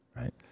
Right